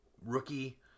rookie